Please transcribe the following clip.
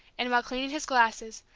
and while cleaning his glasses,